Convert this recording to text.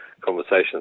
conversation